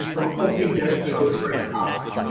we're hoping that it shows great promise.